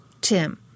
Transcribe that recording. Tim